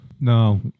no